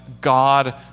God